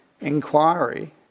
inquiry